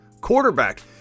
quarterback